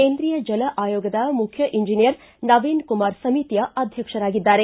ಕೇಂದ್ರೀಯ ಜಲ ಆಯೋಗದ ಮುಖ್ಯ ಎಂಜಿನಿಯರ್ ನವೀನ್ ಕುಮಾರ್ ಸಮಿತಿಯ ಅಧ್ಯಕ್ಷರಾಗಿದ್ದಾರೆ